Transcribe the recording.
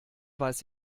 weiß